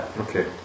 Okay